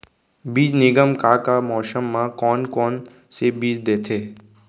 बीज निगम का का मौसम मा, कौन कौन से बीज देथे?